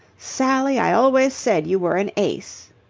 sally, i always said you were an ace.